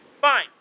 Fine